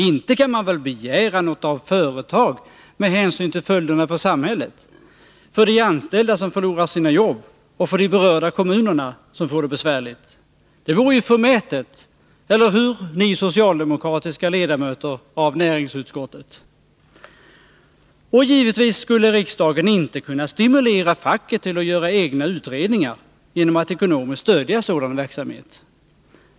Inte kan man väl begära något av företag med hänsyn till följderna för samhället, för de anställda som förlorar sina jobb och för de berörda kommunerna som får det besvärligt. Det vore ju förmätet— eller hur, ni socialdemokratiska ledamöter av näringsutskottet? Givetvis skulle riksdagen inte kunna stimulera facket till att göra egna utredningar genom att ekonomiskt stödja sådan verksamhet.